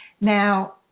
Now